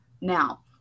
Now